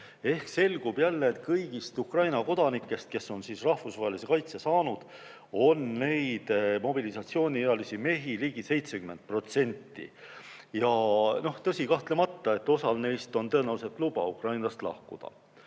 Ehk selgub jälle, et kõigist Ukraina kodanikest, kes on rahvusvahelise kaitse saanud, on mobilisatsiooniealisi mehi ligi 70%. Ja kahtlemata, osal neist on tõenäoliselt luba Ukrainast lahkuda.